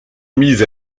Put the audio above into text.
mises